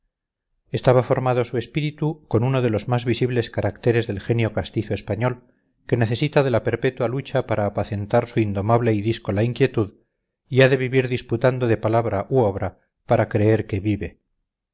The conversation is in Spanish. estaba formado su espíritu con uno de los más visibles caracteres del genio castizo español que necesita de la perpetua lucha para apacentar su indomable y díscola inquietud y ha de vivir disputando de palabra u obra para creer que vive